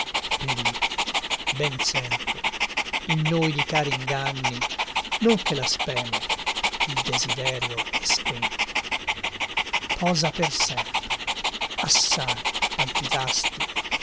perì ben sento in noi di cari inganni non che la speme il desiderio è spento posa per sempre assai palpitasti